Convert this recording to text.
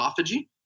autophagy